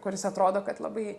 kuris atrodo kad labai